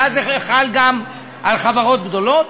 ואז זה חל גם על חברות גדולות,